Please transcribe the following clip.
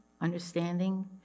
understanding